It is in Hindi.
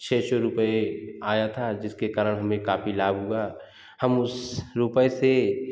छ सौ रुपए आया था जिसके कारण हमें काफ़ी लाभ हुआ हम उस रुपए से